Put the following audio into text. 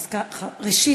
ראשית,